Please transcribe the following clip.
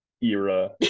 era